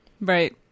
Right